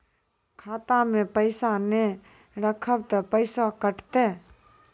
खाता मे पैसा ने रखब ते पैसों कटते?